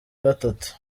gatatu